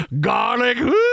garlic